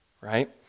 right